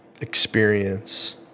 experience